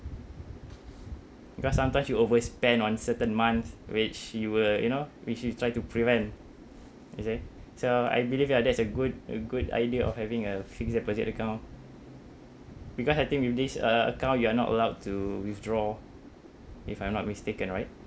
because sometimes you overspend on certain month which you were you know which you try to prevent you see so I believe ya that's a good a good idea of having a fixed deposit account because I think with this uh account you are not allowed to withdraw if I'm not mistaken right